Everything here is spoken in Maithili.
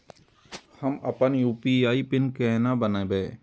हम अपन यू.पी.आई पिन केना बनैब?